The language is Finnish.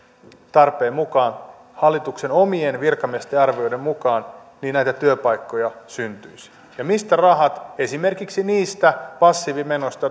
tarpeen mukaan hallituksen omien virkamiesten arvioiden mukaan niin näitä työpaikkoja syntyisi ja mistä rahat esimerkiksi niistä passiivimenoista